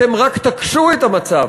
אתם רק תקשו את המצב,